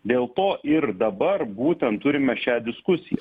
dėl to ir dabar būtent turime šią diskusiją